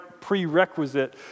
prerequisite